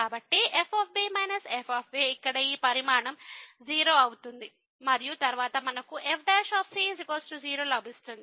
కాబట్టి f f ఇక్కడ ఈ పరిమాణం 0 అవుతుంది మరియు తరువాత మనకు fc0 లభిస్తుంది